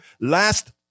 last